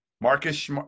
Marcus